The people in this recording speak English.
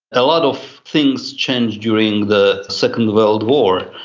a lot of things changed during the second world war.